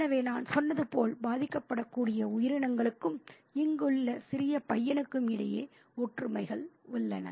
எனவே நான் சொன்னது போல் பாதிக்கப்படக்கூடிய உயிரினங்களுக்கும் இங்குள்ள சிறு பையனுக்கும் இடையே ஒற்றுமைகள் உள்ளன